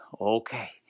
Okay